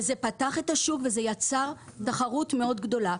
וזה פתח את השוק וזה יצר תחרות מאוד גדולה.